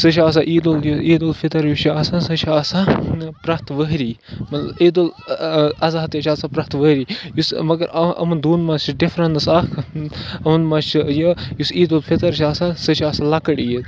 سُہ چھِ آسان عیٖد ال یہِ عیٖد الفطر یُس چھُ آسان سۄ چھِ آسان پرٛٮ۪تھ ؤہری عیٖد الضحیٰ تہِ چھِ آسان پرٛٮ۪تھ ؤری یُس یِمَن دۄن منٛز چھِ ڈِفرنٕس اَکھ یِمَن منٛز چھِ یہِ یُس عیٖد الفطر چھِ آسان سۄ چھِ آسان لۄکٕٹ عیٖد